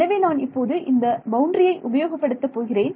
எனவே நான் இப்போது இந்த பவுண்டரியை உபயோகப்படுத்த போகிறேன்